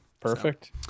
Perfect